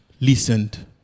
listened